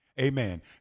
Amen